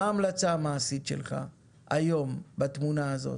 מה ההמלצה המעשית שלך היום בתמונה הזאת?